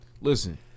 Listen